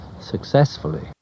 successfully